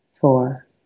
four